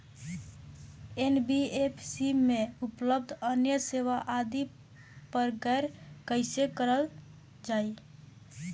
NBFC में उपलब्ध अन्य सेवा आदि पर गौर कइसे करल जाइ?